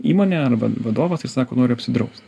įmonė arba vadovas ir sako noriu apsidraust